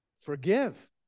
forgive